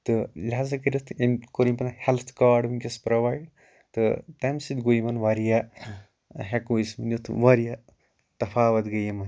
تہٕ لحاظہ کٔرِتھ یمۍ کوٚر یمن ہیٚلتھ کاڑ وٕنۍکٮ۪س پرٛووایِڈ تہٕ تمہِ سۭتۍ گوو یِمن واریاہ ہیکو أسۍ وٕنِتھ واریاہ تفاوَت گے یِمن